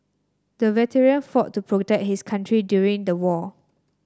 the veteran fought to protect his country during the war